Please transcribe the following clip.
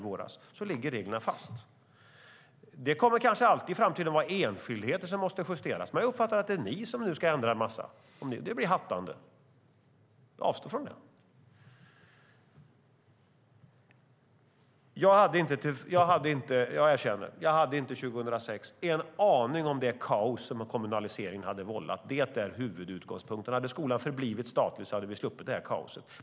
Det kan kanske i framtiden vara enskildheter som behöver justeras. Jag uppfattar det som att det nu är ni som ska ändra en massa, och då blir det hattande. Avstå från det! Jag erkänner att jag 2006 inte hade en aning om det kaos som kommunaliseringen hade vållat. Det är huvudutgångspunkten. Hade skolan förblivit statlig hade vi sluppit det kaoset.